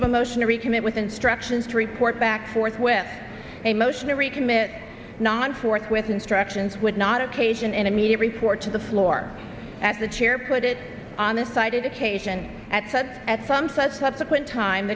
of a motion to recommit with instructions to report back forthwith a motion to recommit not forthwith instructions would not occasion an immediate report to the floor at the chair put it on a cited occasion at such at some such subsequent time